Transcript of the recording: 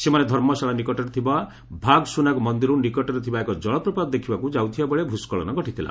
ସେମାନେ ଧର୍ମଶାଳା ନିକଟରେ ଥିବା ଭାଗ୍ସୁନାଗ୍ ମନ୍ଦିରରୁ ନିକଟରେ ଥିବା ଏକ ଜଳପ୍ରପାତ ଦେଖିବାକୁ ଯାଉଥିବାବେଳେ ଭୂସ୍କଳନ ଘଟିଥିଲା